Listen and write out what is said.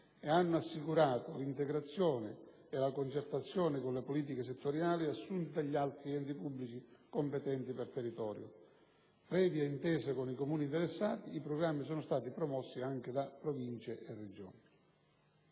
e hanno assicurato l'integrazione e la concertazione con le politiche settoriali assunte dagli altri enti pubblici competenti per territorio. Previa intesa con i Comuni interessati, i programmi sono stati promossi anche da Province e Regioni.